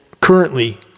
Currently